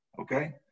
Okay